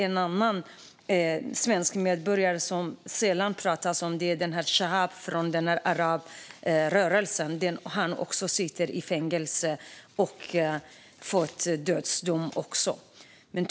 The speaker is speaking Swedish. En annan svensk medborgare som sitter i fängelse och har fått en dödsdom, men som det sällan pratas om, är Chaab från arabrörelsen.